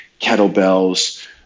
kettlebells